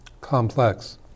complex